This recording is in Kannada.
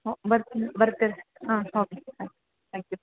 ಹ್ಞೂ ಬರುತ್ತೀನಿ ಬರ್ತೀರಿ ಹಾಂ ಓಕೆ ಆಯಿತು ತ್ಯಾಂಕ್ ಯು